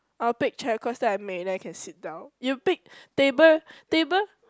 I'll pick chair cause then I make then I can sit down you pick table table